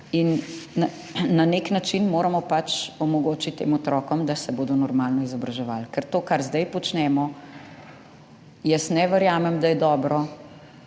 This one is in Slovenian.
Na nek način moramo pač omogočiti tem otrokom, da se bodo normalno izobraževali. Ker to, kar zdaj počnemo, jaz ne verjamem, da je dobro.